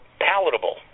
palatable